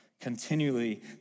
Continually